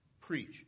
Preach